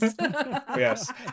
Yes